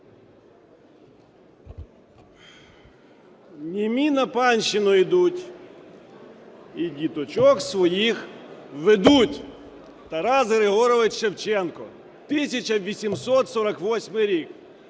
"Німі на панщину ідуть і діточок своїх ведуть", Тарас Григорович Шевченко, 1848 рік.